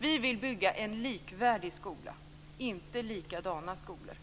Vi vill bygga en likvärdig skola - inte likadana skolor.